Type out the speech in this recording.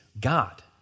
God